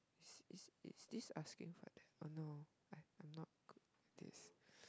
is is is this asking for the oh no I I'm not good at this